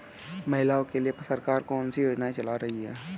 महिलाओं के लिए सरकार कौन सी योजनाएं चला रही है?